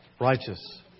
righteous